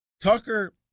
Tucker